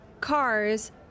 cars